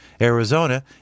Arizona